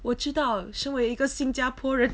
我知道身为一个新加坡人